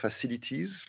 facilities